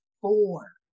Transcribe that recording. four